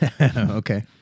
Okay